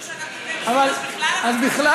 שלא יגלו שאנחנו אז בכלל, אז בכלל.